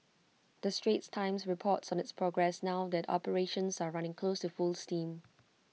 the straits times reports on its progress now that operations are running close to full steam